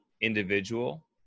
individual